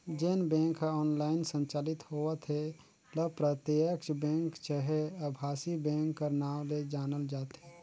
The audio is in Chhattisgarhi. जेन बेंक ह ऑनलाईन संचालित होवत हे ल प्रत्यक्छ बेंक चहे अभासी बेंक कर नांव ले जानल जाथे